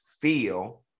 feel